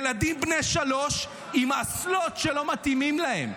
ילדים בני שלוש, עם אסלות שלא מתאימות להם.